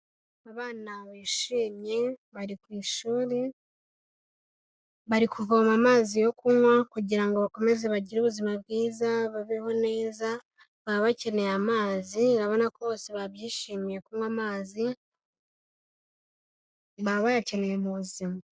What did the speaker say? Abana bishimye bari ku ishuri bari kuvoma amazi yo kunywa kugira ngo bakomeze bagire ubuzima bwiza babeho neza, baba bakeneye amazi, urabona ko bose babyishimiye kunywa amazi, baba bayakeneye mu buzima.